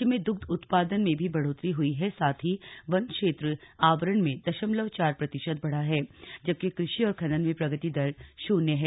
राज्य में दुग्ध उत्पादन में भी बढ़ोतरी हुई है साथ ही वन क्षेत्र आवरण में दशमलव चार प्रतिशत बढ़ा है जबकि कृषि और खनन में प्रगति दर शून्य है